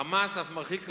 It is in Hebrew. ה"חמאס" אף מרחיק לכת,